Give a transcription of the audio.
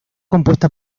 compuesta